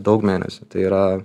daug mėnesių tai yra